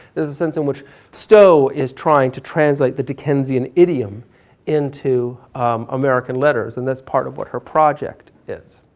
there's a sense in which stow is trying to translate the dickensian idiom into american letters and that's part of what her project is.